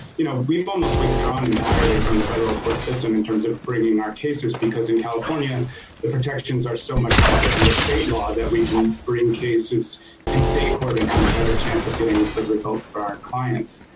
you know we've almost withdrawn entirely from the federal court system in terms of bringing our cases because in california the protections are so much better under state law that we can bring cases in state court and have a better chance of getting a good result for our clients